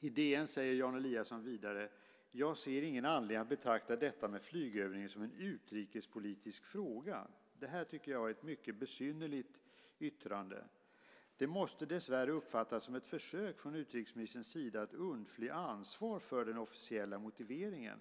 I DN säger Jan Eliasson vidare: Jag ser ingen anledning att betrakta detta med flygövning som en utrikespolitisk fråga. Det tycker jag är ett mycket besynnerligt yttrande. Det måste dessvärre uppfattas som ett försök från utrikesministerns sida att undfly ansvar för den officiella motiveringen.